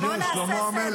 משלי, שלמה המלך.